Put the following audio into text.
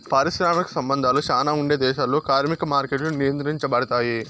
పారిశ్రామిక సంబంధాలు శ్యానా ఉండే దేశాల్లో కార్మిక మార్కెట్లు నియంత్రించబడుతాయి